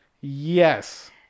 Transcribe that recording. Yes